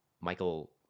Michael